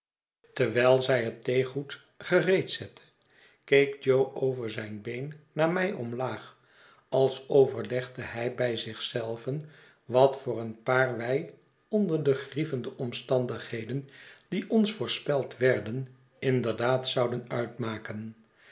terwijl zij het theegoed gereed zette keek jo over zijn been naar mij omiaag als overlegde hij bij zich zelven wat voor een paar wij onder de grievende omstandigheden die oris voorspeld werden inderdaad zouden uitmaken